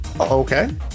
Okay